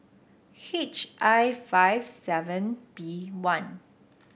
H I five seven B one